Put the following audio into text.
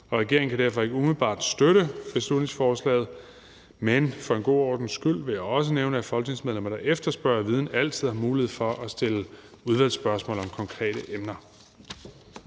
regeringen kan derfor ikke umiddelbart støtte beslutningsforslaget. Men for en god ordens skyld vil jeg også nævne, at folketingsmedlemmer, der efterspørger viden, altid har mulighed for at stille udvalgsspørgsmål om konkrete emner.